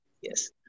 Yes